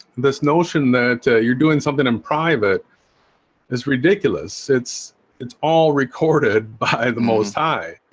this notion that you're doing something in private it's ridiculous. it's it's all recorded by the most high.